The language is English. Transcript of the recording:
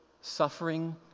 suffering